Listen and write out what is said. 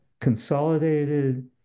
consolidated